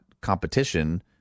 competition